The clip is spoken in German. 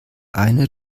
eine